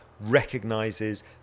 recognises